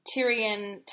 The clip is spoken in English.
Tyrion